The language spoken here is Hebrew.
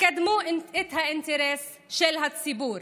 תקדמו את האינטרס של הציבור.